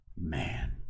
man